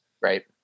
Right